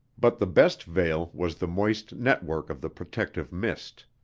but the best veil was the moist network of the protective mist.